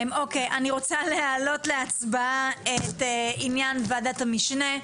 רוצה להעלות להצבעה את עניין ועדת המשנה.